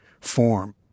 form